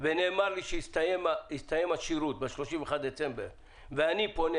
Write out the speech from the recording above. ונאמר לי שהסתיים השירות ב-31 בדצמבר ואני פונה,